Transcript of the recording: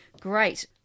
Great